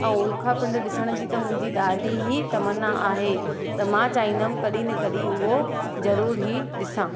ऐं उल्कापिंड ॾिसण जी त मुंहिंजी ॾाढी ई तमन्ना आहे त मां चाहींदमि कडहिं न कडहिं उहो ज़रूरु ई ॾिसां